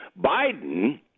Biden